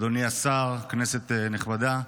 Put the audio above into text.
אדוני השר, כנסת נכבדה,